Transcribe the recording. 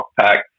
pack